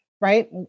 Right